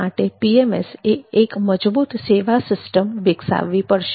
તે માટે PMSએ એક મજબૂત સેવા સિસ્ટમ વિકસાવવી પડશે